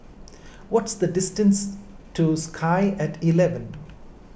What's the distance to Sky at eleven